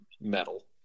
metal